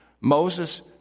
Moses